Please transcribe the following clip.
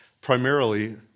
primarily